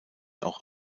auch